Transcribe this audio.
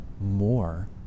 more